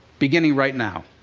beginning right now.